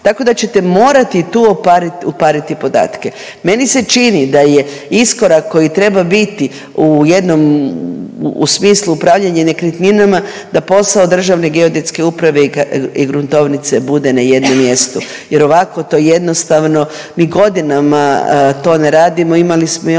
tako da ćete morati tu upariti podatke. Meni se čini da je iskorak koji treba biti u jednom, u smislu upravljanje nekretninama, da posao Državne geodetske uprave i gruntovnice bude na jednom mjestu jer ovako to jednostavno mi godinama to ne radimo, imali smo i